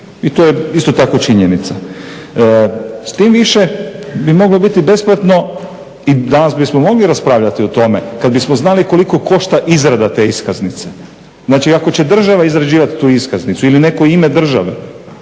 I to je isto tako činjenica. S tim više bi moglo biti besplatno i danas bismo mogli raspravljati o tome kada bismo znali koliko košta izrada te iskaznice. Znači ako će država izrađivati tu iskaznicu ili netko u ime države